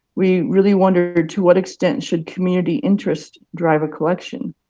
we really wondered to what extent should community interest drive a collection?